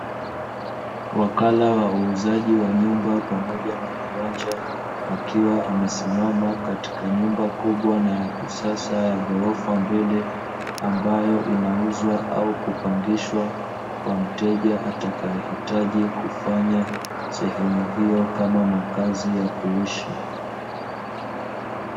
Wakala wa uuzaji wa nyumba pamoja na viwanja, akiwa amesimama katika nyumba kubwa na ya kisasa ya ghorofa mbili, ambayo inauzwa au kupangishwa, kwa mteja atakayehitaji kufanya sehemu hiyo kama makazi ya kuishi.